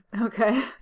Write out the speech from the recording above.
okay